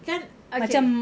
kan okay